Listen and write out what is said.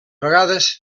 vegades